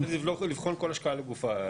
צריך לבחון כל השקעה לגופה.